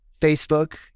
Facebook